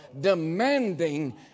demanding